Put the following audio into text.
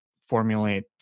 formulate